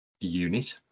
unit